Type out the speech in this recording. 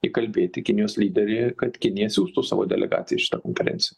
įkalbėti kinijos lyderį kad kinija siųstų savo delegaciją į šitą konferenciją